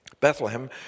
Bethlehem